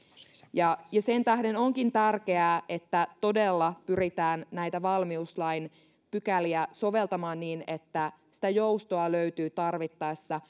ja ja sen tähden onkin tärkeää että todella pyritään näitä valmiuslain pykäliä soveltamaan niin että joustoa löytyy tarvittaessa